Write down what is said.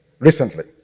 Recently